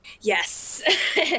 Yes